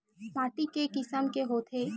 माटी के किसम के होथे?